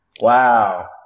Wow